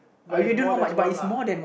but it's more than one lah